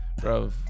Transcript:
bro